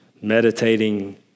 meditating